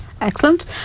Excellent